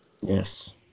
Yes